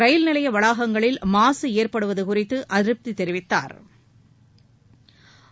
ரயில் நிலைய வளாகங்களில் மாசு ஏற்படுவது குறித்து அதிருப்தி தெரிவித்தாா்